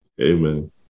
Amen